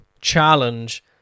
challenge